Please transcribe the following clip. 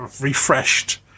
refreshed